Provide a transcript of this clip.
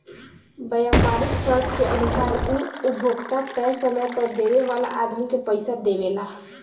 व्यापारीक शर्त के अनुसार उ उपभोक्ता तय समय पर देवे वाला आदमी के पइसा देवेला